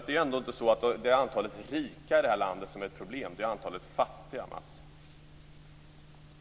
Det är ju inte antalet rika i det här landet som är ett problem utan antalet fattiga, Matz.